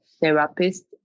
therapist